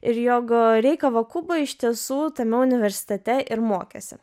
ir jog rei kavakubo iš tiesų tame universitete ir mokėsi